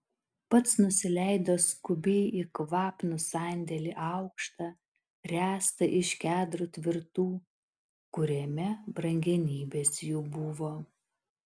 pats nusileido skubiai į kvapnų sandėlį aukštą ręstą iš kedrų tvirtų kuriame brangenybės jų buvo